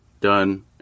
done